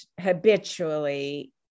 habitually